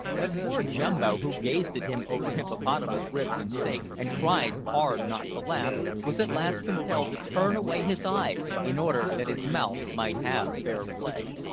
that poor jumbo, who gazed at him over hippopotamus ribs and steaks, and tried hard not to laugh, was at last compelled to turn away his eyes, in order that his mouth might have fair-play.